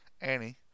Annie